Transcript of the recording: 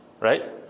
right